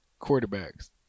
quarterbacks